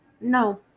No